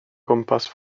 gwmpas